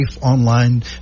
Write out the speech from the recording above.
online